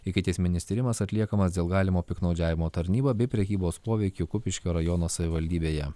ikiteisminis tyrimas atliekamas dėl galimo piktnaudžiavimo tarnyba bei prekybos poveikiu kupiškio rajono savivaldybėje